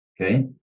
okay